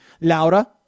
Laura